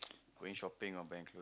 going shopping or buying clothes